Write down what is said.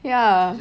ya